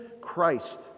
Christ